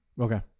Okay